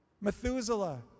Methuselah